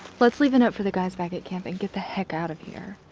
let's leave a note for the guys back at camp and get the heck out of here.